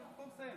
לא, אני מסיים.